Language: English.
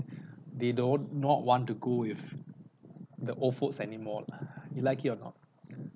they don't not want to go with the old folks anymore lah you like it or not